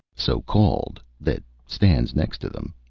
so-called, that stands next to them.